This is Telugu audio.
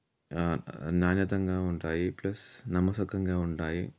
నాణ్యతంగా ఉంటాయి ప్లస్ నమ్మశక్యంగా ఉంటాయి